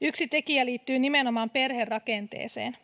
yksi tekijä liittyy nimenomaan perherakenteeseen